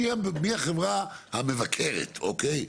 מי החברה המבקרת, אוקיי?